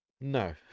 No